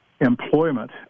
employment